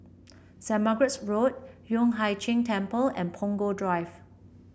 Saint Margaret's Road Yueh Hai Ching Temple and Punggol Drive